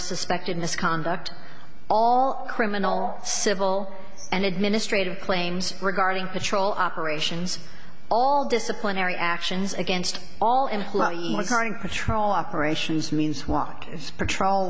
suspect in this conduct all criminal civil and administrative claims regarding patrol operations all disciplinary actions against all in starting patrol operations means walk patrol